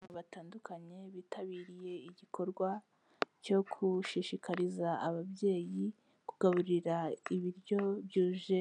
Abantu batandukanye bitabiriye igikorwa cyo gushishikariza ababyeyi kugaburira ibiryo byuje